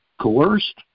coerced